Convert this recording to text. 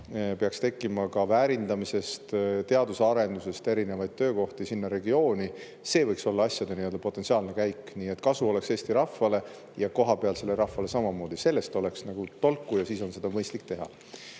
peaks tekkima ka väärindamisest ning teadusarendusest erinevaid töökohti. See võiks olla asjade potentsiaalne käik, nii et kasu oleks Eesti rahvale ja kohapealsele rahvale samamoodi. Sellest oleks nagu tolku ja siis on seda mõistlik teha.